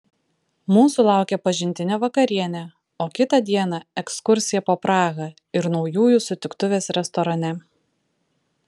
mūsų laukė pažintinė vakarienė o kitą dieną ekskursija po prahą ir naujųjų sutiktuvės restorane